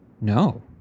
No